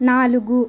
నాలుగు